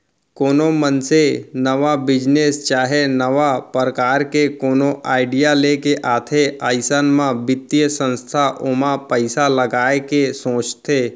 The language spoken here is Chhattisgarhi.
कोनो मनसे नवा बिजनेस चाहे नवा परकार के कोनो आडिया लेके आथे अइसन म बित्तीय संस्था ओमा पइसा लगाय के सोचथे